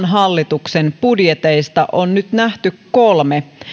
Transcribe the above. hallituksen budjeteista on nyt nähty kolme